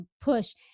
push